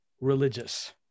religious